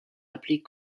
appelés